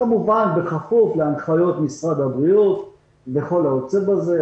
כמובן שזה נעשה בכפוף להנחיות משרד הבריאות וכל היוצא בזה.